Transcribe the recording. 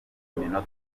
iminota